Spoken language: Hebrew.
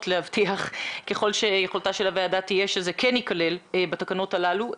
להבטיח ככל שתהיה יכולתה של הוועדה שזה כן ייכלל בתקנות הללו.